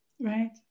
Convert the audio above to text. Right